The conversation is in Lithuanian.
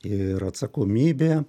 ir atsakomybė